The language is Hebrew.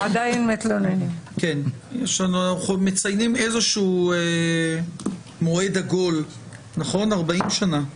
עכשיו היינו בכנס בסימן 20 שנה.